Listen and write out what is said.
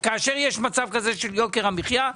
כאשר יש מצב כזה של יוקר המחייה,